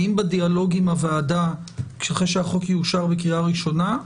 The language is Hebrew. האם בדיאלוג עם הוועדה אחרי שהחוק יאושר בקריאה ראשונה,